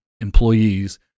employees